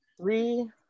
three